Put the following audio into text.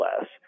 less